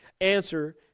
answer